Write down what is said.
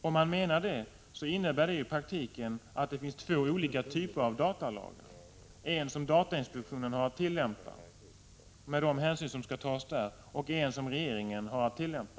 Om justitieministern menar det, innebär detta i praktiken att det finns två olika typer av datalag — en som datainspektionen har att tillämpa, med de hänsyn som där skall tas, och en som regeringen har att tillämpa.